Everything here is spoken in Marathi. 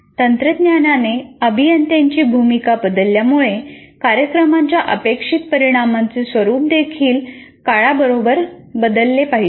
तंत्रज्ञानाने अभियंत्यांची भूमिका बदलल्यामुळे कार्यक्रमाच्या अपेक्षित परिणामांचे स्वरूप देखील काळाबरोबर बदलले पाहिजे